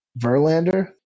verlander